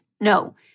No